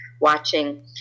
watching